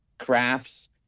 Crafts